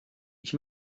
ich